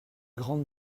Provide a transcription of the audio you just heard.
grande